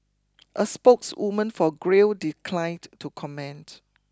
a spokeswoman for Grail declined to comment